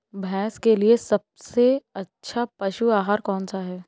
भैंस के लिए सबसे अच्छा पशु आहार कौन सा है?